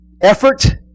effort